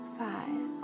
five